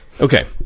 Okay